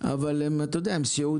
שרובם הם סיעודיים,